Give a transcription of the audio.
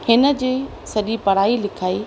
हिन जी सॼी पढ़ाई लिखाई